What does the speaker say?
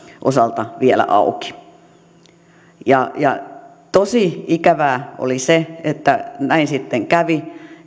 osalta vielä auki tosi ikävää oli se että näin sitten kävi